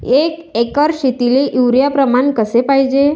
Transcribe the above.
एक एकर शेतीले युरिया प्रमान कसे पाहिजे?